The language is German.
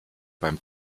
beim